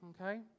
Okay